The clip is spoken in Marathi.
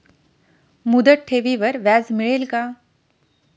मुदत ठेवीवर व्याज मिळेल का?